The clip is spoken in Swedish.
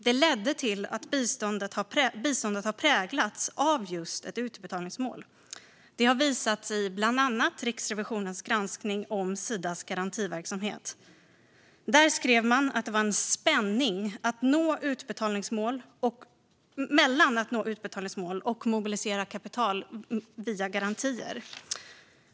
Det ledde till att biståndet präglades av just ett utbetalningsmål. Det har visat sig i bland annat Riksrevisionens granskning av Sidas garantiverksamhet. Där skrev man att det var en spänning mellan att nå utbetalningsmål och att mobilisera kapital via garantier.